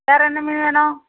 வேறு என்ன மீன் வேணும்